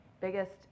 biggest